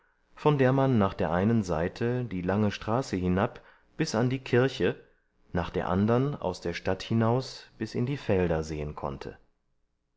von der man nach der einen seite die lange straße hinab bis an die kirche nach der andern aus der stadt hinaus bis in die felder sehen konnte